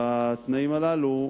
בתנאים הללו,